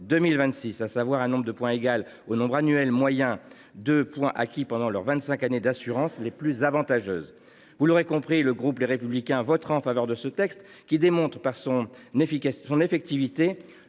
à savoir un nombre de points égal au nombre annuel moyen de points acquis pendant les vingt cinq années d’assurance les plus avantageuses. Vous l’aurez compris, le groupe Les Républicains votera en faveur de ce texte, qui démontre, par son effectivité,